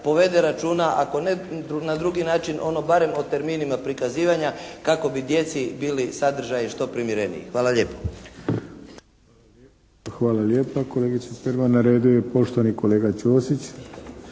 povede računa ako ne na drugi način ono barem o terminima prikazivanja kako bi djeci bili sadržaji što primjereniji. Hvala lijepo. **Arlović, Mato (SDP)** Hvala lijepa kolegice Perman. Na redu je poštovani kolega Čosić.